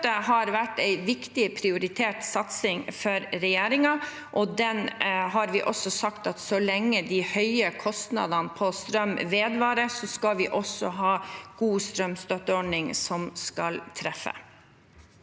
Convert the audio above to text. Strømstøtte har vært en viktig, prioritert satsing for regjeringen, og vi har sagt at så lenge de høye kostnadene på strøm vedvarer, skal vi også ha en god strømstøtteordning som skal treffe.